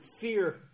fear